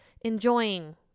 enjoying